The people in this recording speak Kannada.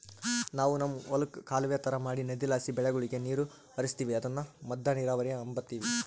ನಾವು ನಮ್ ಹೊಲುಕ್ಕ ಕಾಲುವೆ ತರ ಮಾಡಿ ನದಿಲಾಸಿ ಬೆಳೆಗುಳಗೆ ನೀರು ಹರಿಸ್ತೀವಿ ಅದುನ್ನ ಮದ್ದ ನೀರಾವರಿ ಅಂಬತೀವಿ